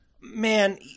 man